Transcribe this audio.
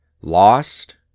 lost